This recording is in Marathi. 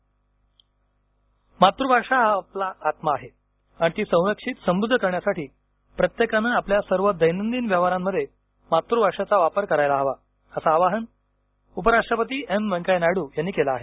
मातृभाषा दिन मातृभाषा आपला आत्मा आहे आणि ती संरक्षित समृद्ध करण्यासाठी प्रत्येकानं आपल्या सर्व दैनंदिन व्यवहारांमध्ये मातृभाषेचा वापर करायला हवा असं आवाहन उपराष्ट्रपती एम वेंकय्या नायडू यांनी केलं आहे